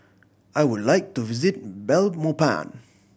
I would like to visit Belmopan